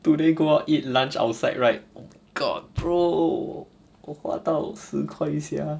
today go out eat lunch outside right oh god bro 我花到十块 sia